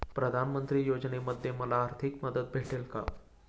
प्रधानमंत्री योजनेमध्ये मला आर्थिक मदत भेटेल का?